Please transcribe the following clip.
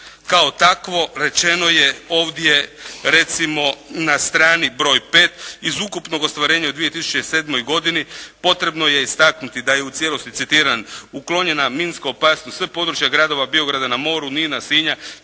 kao takvo rečeno je ovdje recimo na strani broj 5 iz ukupnog ostvarenja u 2007. godini potrebno je istaknuti da je u cijelosti citiram «uklonjena minska opasnost, sve područja gradova Biograda na moru, Nina, Sinja